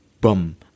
boom